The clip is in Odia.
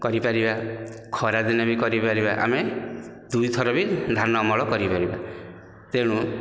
କରିପାରିବା ଖରା ଦିନେ ବି କରିପାରିବା ଆମେ ଦୁଇଥର ବି ଧାନ ଅମଳ କରିପାରିବା ତେଣୁ